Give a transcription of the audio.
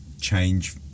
change